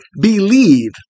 believe